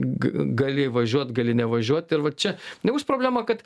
g gali važiuot gali nevažiuot ir va čia nebus problema kad